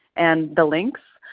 and the links.